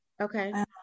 Okay